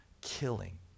killing